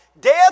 Death